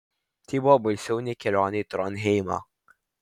tai buvo baisiau nei kelionė į tronheimą